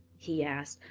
he asked.